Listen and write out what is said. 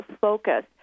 focus